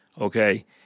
okay